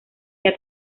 que